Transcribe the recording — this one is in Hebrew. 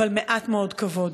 אבל מעט מאוד כבוד.